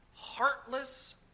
heartless